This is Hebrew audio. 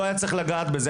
לא היה צריך לגעת בזה,